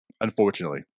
unfortunately